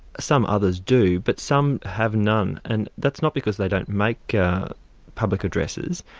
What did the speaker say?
some others do but some have none, and that's not because they don't make public addresses,